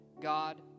God